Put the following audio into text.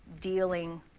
dealing